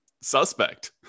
suspect